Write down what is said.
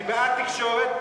אני בעד תקשורת,